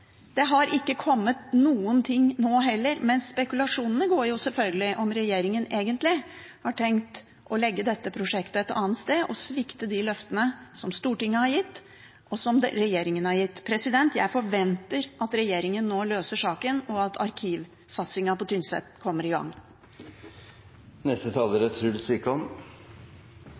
Det har ikke kommet noen ting nå heller, men spekulasjonene går selvfølgelig på om regjeringen egentlig har tenkt å legge dette prosjektet et annet sted og svikte de løftene som Stortinget har gitt, og som regjeringen har gitt. Jeg forventer at regjeringen nå løser saken, og at arkivsatsingen på Tynset kommer i gang.